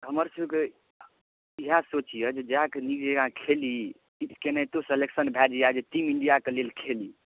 हमर सबके इएह सोच यऽ जे जाए कए नीक जकाँ खेली केनाहितो सेलेक्शन भए जाए जे टीम इण्डियाके लेल खेली